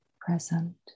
present